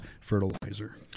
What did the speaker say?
fertilizer